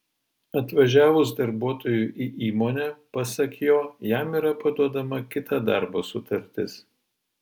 atvažiavus darbuotojui į įmonę pasak jo jam yra paduodama kita darbo sutartis